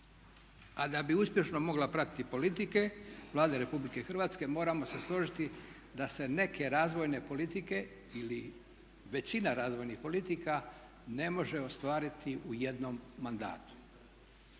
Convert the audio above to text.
a da bi uspješno mogla pratiti politike Vlade RH moramo se složiti da se neke razvojne politike ili većina razvojnih politika ne može ostvariti u jednom mandatu,